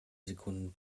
sekunden